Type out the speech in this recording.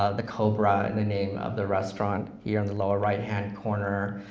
ah the cobra in the name of the restaurant here in the lower right-hand corner.